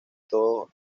todo